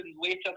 later